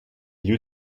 lieux